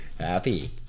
Happy